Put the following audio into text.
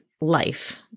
life